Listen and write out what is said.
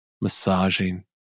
massaging